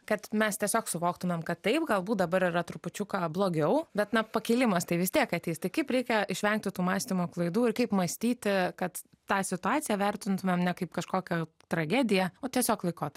kad mes tiesiog suvoktumėm kad taip galbūt dabar yra trupučiuką blogiau bet ne pakilimas tai vis tiek ateis tai kaip reikia išvengti tų mąstymo klaidų ir kaip mąstyti kad tą situaciją vertintumėme ne kaip kažkokią tragediją o tiesiog laiko